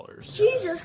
Jesus